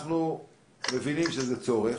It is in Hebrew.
אנחנו מבינים שזה צורך.